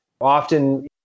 often